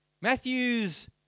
Matthew's